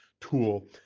tool